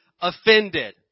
offended